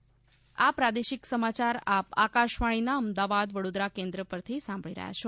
corona સંદેશ આ પ્રાદેશિક સમાચાર આપ આકશવાણીના અમદાવાદ વડોદરા કેન્દ્ર પરથી સાંભળી રહ્યા છે